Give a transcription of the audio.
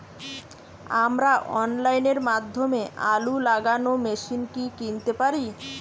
আমরা অনলাইনের মাধ্যমে আলু লাগানো মেশিন কি কিনতে পারি?